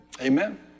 Amen